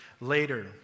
later